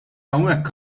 hawnhekk